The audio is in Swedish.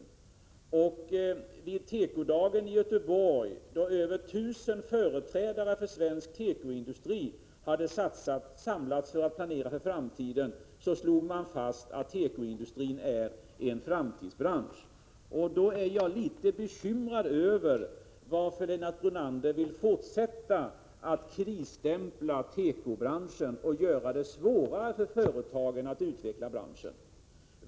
På den s.k. tekodagen i Göteborg, då över 1 000 företrädare för svensk tekoindustri hade samlats för att planera för framtiden, slog man fast att tekoindustrin är en framtidsbransch. Därför gör det mig litet bekymrad att Lennart Brunander vill fortsätta att krisstämpla tekobranschen och att göra det svårare för företagen att utveckla denna bransch.